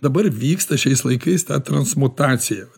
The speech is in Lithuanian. dabar vyksta šiais laikais ta transmutacija vat